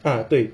ah 对